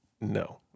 no